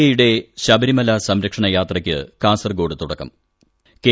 A യുടെ ശബരിമല സംരക്ഷണ യാത്രയ്ക്ക് കാസർഗോഡ് തുടക്കം കെ